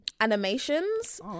animations